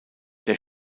der